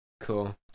Cool